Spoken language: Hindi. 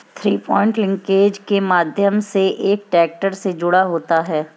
थ्रीपॉइंट लिंकेज के माध्यम से एक ट्रैक्टर से जुड़ा होता है